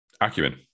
Acumen